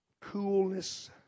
coolness